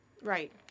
Right